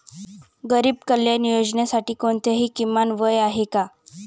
गरीब कल्याण योजनेसाठी कोणतेही किमान वय आहे का?